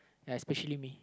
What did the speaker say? ya especially me